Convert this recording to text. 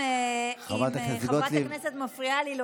אם חברת הכנסת מפריעה לי,